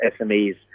SMEs